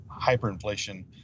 hyperinflation